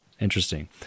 Interesting